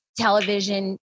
television